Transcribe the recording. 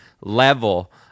level